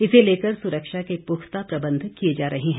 इसे लेकर सुरक्षा के पुख्ता प्रबंध किए जा रहे है